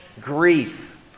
grief